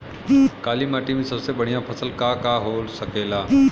काली माटी में सबसे बढ़िया फसल का का हो सकेला?